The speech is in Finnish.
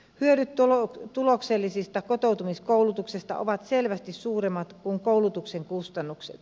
hyödyt tuloksellisesta kotoutumiskoulutuksesta ovat selvästi suuremmat kuin koulutuksen kustannukset